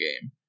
game